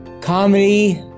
comedy